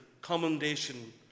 commendation